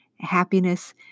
happiness